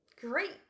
great